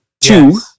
two